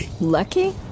lucky